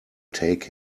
take